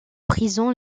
prisons